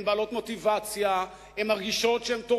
הן בעלות מוטיבציה,